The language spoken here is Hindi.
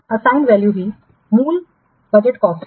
निर्दिष्ट मूल्य ही मूल बजट कॉस्ट है